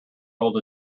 old